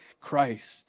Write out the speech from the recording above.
Christ